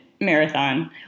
Marathon